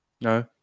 No